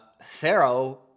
Pharaoh